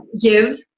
give